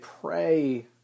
Pray